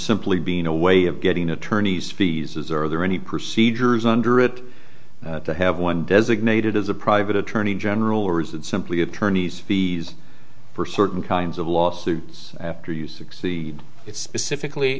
simply being a way of getting attorney's fees is are there any procedures under it to have one designated as a private attorney general or is it simply attorneys fees for certain kinds of lawsuits after you succeed it's specifically